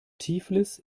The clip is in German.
tiflis